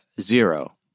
zero